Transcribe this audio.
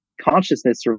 consciousness